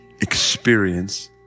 experience